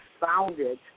founded